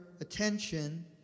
attention